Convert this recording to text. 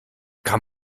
kann